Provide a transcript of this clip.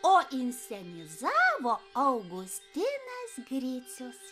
o inscenizavo augustinas gricius